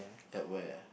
at where